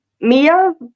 Mia